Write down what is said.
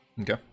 Okay